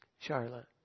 Charlotte